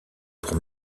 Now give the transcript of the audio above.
pour